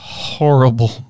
horrible